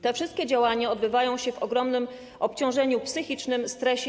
Te wszystkie działania odbywają się w ogromnym obciążeniu psychicznym, stresie.